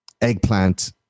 eggplant